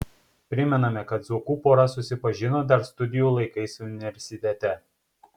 primename kad zuokų pora susipažino dar studijų laikais universitete